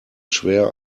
schwer